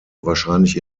wahrscheinlich